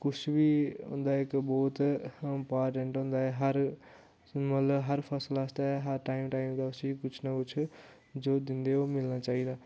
कुछ बी होंदा ते बहोत इम्पोर्टेंट होंदा ऐ हर मतलब हर फसल आस्तै हर टाइम टाइम दा उस्सी कुछ ना कुछ जो दिंदे ओह् मिलना चाहिदा